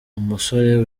umusore